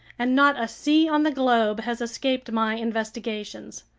and not a sea on the globe has escaped my investigations.